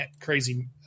crazy